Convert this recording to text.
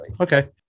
Okay